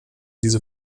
diese